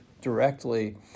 directly